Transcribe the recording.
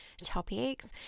topics